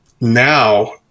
now